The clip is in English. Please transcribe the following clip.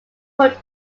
put